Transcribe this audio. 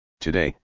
Today